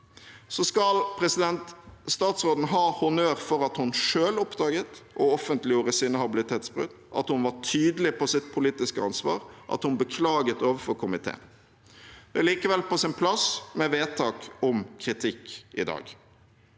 Statsråden skal ha honnør for at hun selv oppdaget og offentliggjorde sine habilitetsbrudd, at hun var tydelig på sitt politiske ansvar, og at hun beklaget overfor komiteen. Det er likevel på sin plass med vedtak om kritikk i dag.